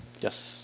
Yes